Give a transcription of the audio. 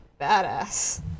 badass